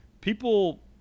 people –